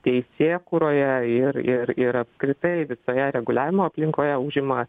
teisėkūroje ir ir ir apskritai visoje reguliavimo aplinkoje užima